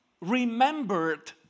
remembered